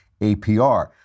APR